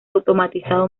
automatizado